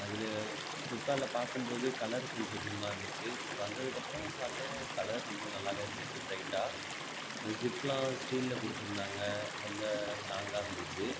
அதில் ஃபிலிப் கார்ட்ல பார்க்கும் போது கலர் கொஞ்சம் டிம்மாக இருந்துச்சு வந்ததுக்கப்புறம் பார்த்தேன் கலர் ரொம்ப நல்லாவே இருந்துச்சு பிரைட்டாக அந்த ஸிப்லாம் ஸ்டீல்ல கொடுத்துருந்தாங்க ரொம்ப ஸ்டாங்காக இருந்துச்சு